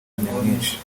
nyamwinshi